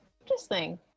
interesting